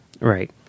Right